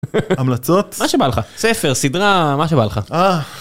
המלצות... מה שבא לך: ספר, סדרה... מה שבא לך.